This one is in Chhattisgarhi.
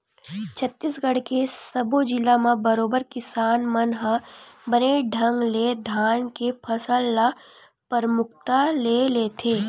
छत्तीसगढ़ के सब्बो जिला म बरोबर किसान मन ह बने ढंग ले धान के फसल ल परमुखता ले लेथे